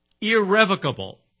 irrevocable